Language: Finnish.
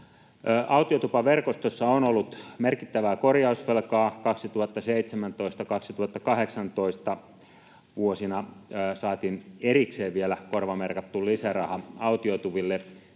Autiotupaverkostossa on ollut merkittävää korjausvelkaa. Vuosina 2017—2018 saatiin erikseen vielä korvamerkattu lisäraha autiotuville.